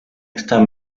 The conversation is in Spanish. está